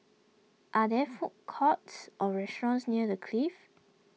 are there food courts or restaurants near the Clift